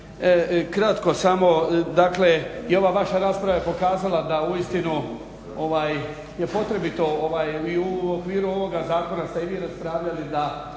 kratko samo, dakle i ova vaša rasprava je pokazala da uistinu ovaj je potrebito mi u okviru ovoga zakona ste i vi raspravljali da